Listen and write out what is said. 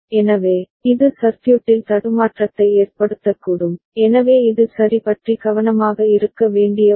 எனவே இது சர்க்யூட்டில் தடுமாற்றத்தை ஏற்படுத்தக்கூடும் எனவே இது சரி பற்றி கவனமாக இருக்க வேண்டிய ஒன்று